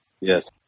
yes